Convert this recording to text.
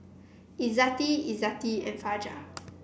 Izzati Izzati and Fajar